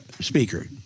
speaker